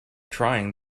trying